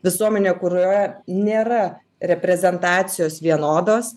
visuomenė kurioje nėra reprezentacijos vienodos